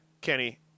Kenny